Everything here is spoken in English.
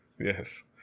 Yes